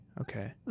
Okay